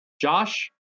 Josh